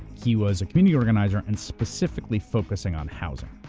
he was a community organizer and specifically focusing on housing.